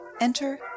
Enter